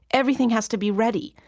everything has to be ready.